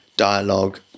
Dialogue